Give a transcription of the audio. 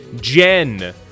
Jen